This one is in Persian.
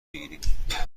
بگیریم